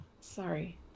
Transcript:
sorry